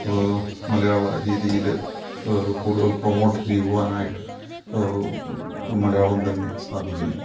മലയാള രീതിയിൽ കൂടുതൽ പ്രമോട്ട് ചെയ്യുവാനായിട്ട് മലയാളം തന്നെ സാധിക്കുന്നു